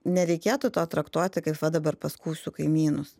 nereikėtų to traktuoti kaip va dabar paskųsiu kaimynus